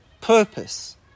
purpose